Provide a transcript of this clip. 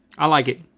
i like it.